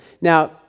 Now